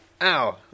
Ow